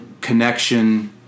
connection